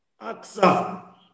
AXA